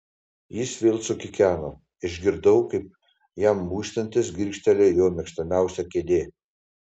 jis vėl sukikeno išgirdau kaip jam muistantis girgžteli jo mėgstamiausia kėdė